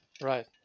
Right